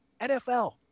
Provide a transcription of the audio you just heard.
NFL